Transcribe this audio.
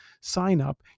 sign-up